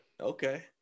Okay